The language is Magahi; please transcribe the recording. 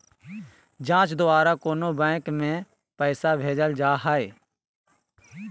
जाँच द्वारा कोनो बैंक में पैसा भेजल जा हइ